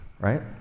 right